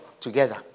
together